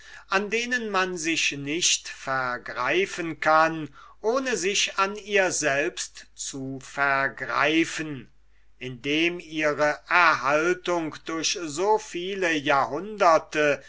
an denen man sich nicht vergreifen kann ohne sich an ihr selbst zu vergreifen indem ihre erhaltung durch so viele jahrhunderte